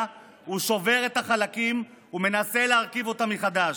הוא שובר את החלקים ומנסה להרכיב אותם מחדש,